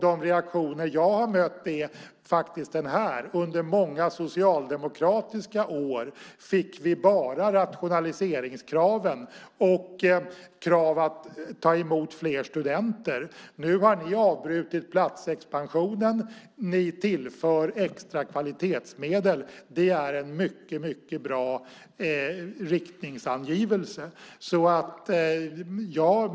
De reaktioner jag har mött är de här: Under många socialdemokratiska år fick vi bara rationaliseringskraven och krav på att ta emot fler studenter. Nu har ni avbrutit platsexpansionen, och ni tillför extra kvalitetsmedel. Det är en mycket bra riktningsangivelse.